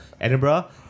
Edinburgh